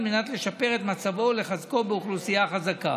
על מנת לשפר את מצבו ולחזקו באוכלוסייה חזקה.